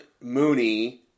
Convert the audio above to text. Mooney